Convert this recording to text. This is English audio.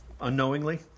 unknowingly